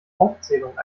aufzählungen